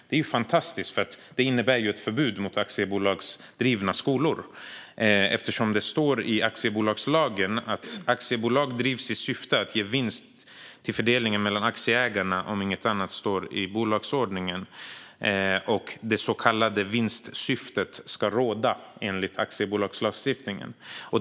Det är fantastiskt, för det innebär ju ett förbud mot aktiebolagsdrivna skolor eftersom det står i aktiebolagslagen att aktiebolag drivs i syfte att ge vinst till fördelning mellan aktieägarna, om inget annat står i bolagsordningen; det så kallade vinstsyftet ska råda, enligt aktiebolagslagstiftningen.